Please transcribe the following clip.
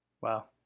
Wow